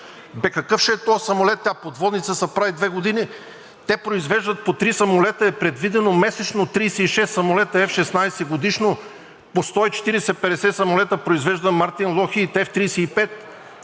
Какъв ще е този самолет? Подводница се прави две години, те произвеждат – по три самолета е предвидено месечно, 36 самолета F-16 годишно! По 140 – 150 самолета произвежда „Локхийд Мартин“ F-35!